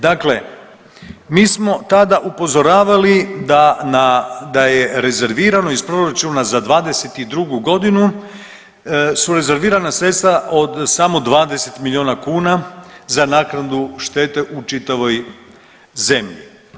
Dakle, mi smo tada upozoravali da je rezervirano iz proračuna za 2022. godinu su rezervirana sredstva od samo 20 milijuna kuna za naknadu štete u čitavoj zemlji.